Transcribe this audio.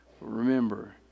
Remember